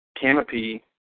canopy